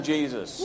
Jesus